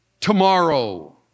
tomorrow